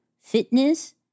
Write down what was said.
fitness